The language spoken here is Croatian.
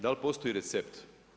Da li postoji recept?